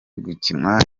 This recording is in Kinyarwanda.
gukinwa